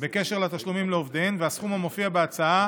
בקשר לתשלומים לעובדיהן, והסכום המופיע בהצעה